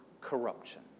corruption